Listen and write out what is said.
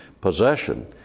possession